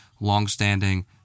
longstanding